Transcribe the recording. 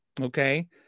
Okay